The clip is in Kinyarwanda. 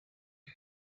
cya